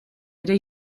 ere